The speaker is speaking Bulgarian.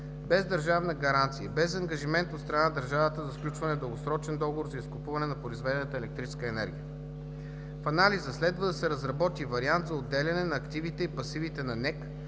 без държавна гаранция, без ангажимент от страна на държавата за сключване на дългосрочен договор за изкупуване на произведената електрическа енергия. В анализа следва да се разработи вариант за отделяне на активите и пасивите на НЕК,